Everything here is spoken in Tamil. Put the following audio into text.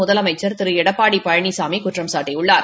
முதலமைச்சர் திரு எடப்பாடி பழனிசாமி குற்றம்சாட்டியுள்ளார்